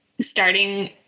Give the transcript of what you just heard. starting